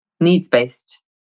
needs-based